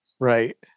right